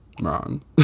Wrong